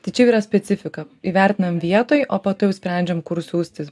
tai čia jau yra specifika įvertinam vietoj o po to jau sprendžiame kur siųsti